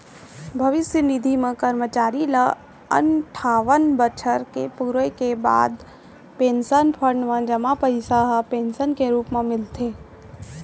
भविस्य निधि म करमचारी ल अनठावन बछर पूरे के बाद म पेंसन फंड म जमा पइसा ह पेंसन के रूप म मिलथे